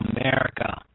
America